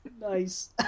Nice